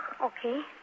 Okay